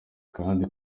kandi